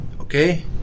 okay